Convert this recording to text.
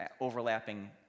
overlapping